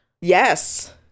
Yes